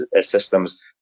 systems